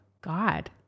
God